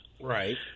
Right